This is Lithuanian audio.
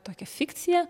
tokią fikciją